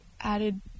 added